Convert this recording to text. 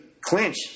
clinch